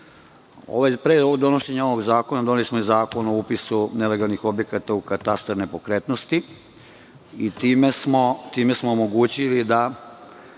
donošenja ovog zakona, doneli smo i Zakon o upisu nelegalnih objekata u katastar nepokretnosti i time smo omogućili da